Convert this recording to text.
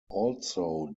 also